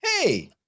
Hey